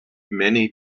many